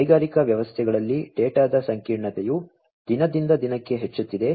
ಕೈಗಾರಿಕಾ ವ್ಯವಸ್ಥೆಗಳಲ್ಲಿ ಡೇಟಾದ ಸಂಕೀರ್ಣತೆಯು ದಿನದಿಂದ ದಿನಕ್ಕೆ ಹೆಚ್ಚುತ್ತಿದೆ